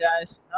guys